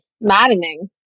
maddening